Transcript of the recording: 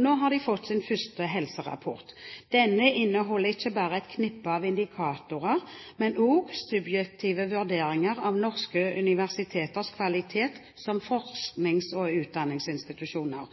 Nå har de fått sin første helserapport. Denne inneholder ikke bare et knippe av indikatorer, men også subjektive vurderinger av norske universiteters kvalitet som forsknings- og utdanningsinstitusjoner.